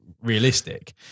realistic